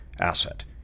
asset